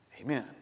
amen